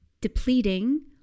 depleting